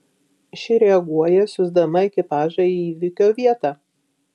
ši reaguoja siųsdama ekipažą į įvykio vietą